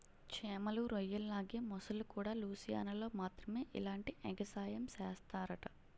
చేమలు, రొయ్యల్లాగే మొసల్లుకూడా లూసియానాలో మాత్రమే ఇలాంటి ఎగసాయం సేస్తరట